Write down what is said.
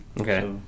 Okay